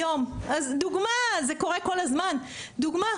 היום דוגמה זה קורה כל הזמן דוגמה,